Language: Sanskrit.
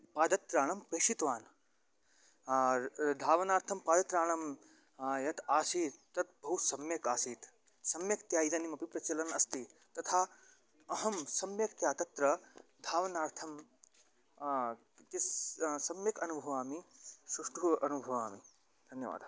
पादत्राणं प्रेषितवान्धावनार्थं पादत्राणं यत् आसीत् तत् बहु सम्यक् आसीत् सम्यक्तया इदानीमपि प्रचलत् अस्ति तथा अहम् सम्यक्तया तत्र धावनार्थं तिस् सम्यक् अनुभवामि सुष्ठुः अनुभवामि धन्यवादः